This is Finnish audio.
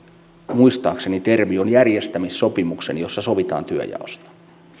muistaakseni termi on järjestämissopimuksen jossa sovitaan työnjaosta